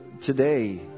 today